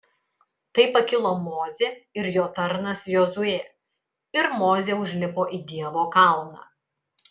tai pakilo mozė ir jo tarnas jozuė ir mozė užlipo į dievo kalną